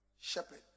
shepherd